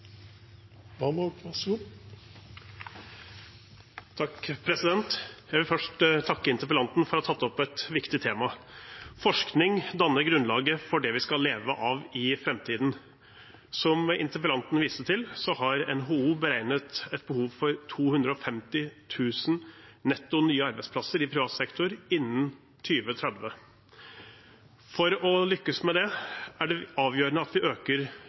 Jeg vil først takke interpellanten for å ha tatt opp et viktig tema. Forskning danner grunnlaget for det vi skal leve av i framtiden. Som interpellanten viste til, har NHO beregnet et behov for 250 000 netto nye arbeidsplasser i privat sektor innen 2030. For å lykkes med dette er det avgjørende at vi øker